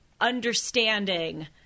understanding –